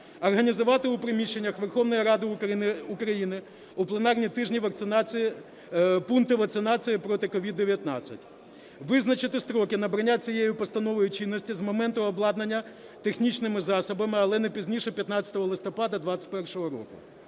Організувати у приміщеннях Верховної Ради України у пленарні тижні пункти вакцинації проти COVID-19. Визначити строки набрання цією постановою чинності з моменту обладнання технічними засобами, але не пізніше 15 листопада 2021 року.